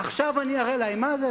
עכשיו אני אראה להם מה זה,